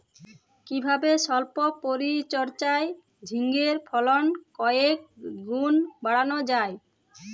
কিভাবে সল্প পরিচর্যায় ঝিঙ্গের ফলন কয়েক গুণ বাড়ানো যায়?